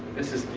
this is.